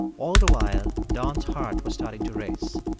all the while, don's heart was starting to race.